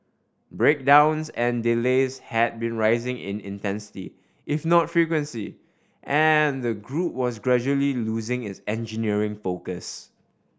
breakdowns and delays had been rising in intensity if not frequency and the group was gradually losing its engineering focus